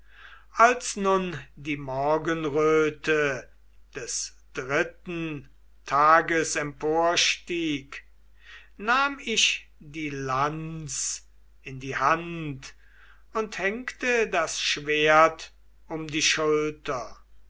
als nun die morgenröte des dritten tages emporstieg nahm ich die lanz in die hand und hängte das schwert um die schulter